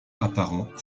apparent